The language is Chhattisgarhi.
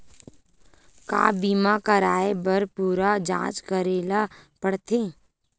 का बीमा कराए बर पूरा जांच करेला पड़थे?